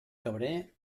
cabré